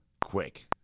quick